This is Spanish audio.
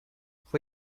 fue